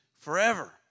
forever